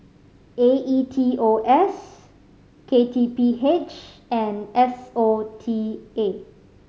A E T O S K T P H and S O T A